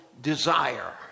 desire